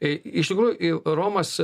iš tikrųjų romas